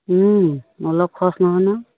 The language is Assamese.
অলপ খৰচ নহয় ন